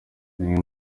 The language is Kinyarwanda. niwe